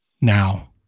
now